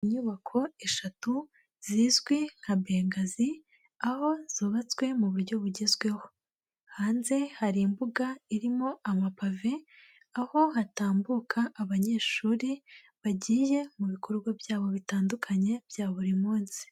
Inyubako eshatu zizwi nka Bengazi aho zubatswe mu buryo bugezweho. Hanze hari imbuga irimo amapave aho hatambuka abanyeshuri bagiye mu bikorwa byabo bitandukanye bya buri munsi.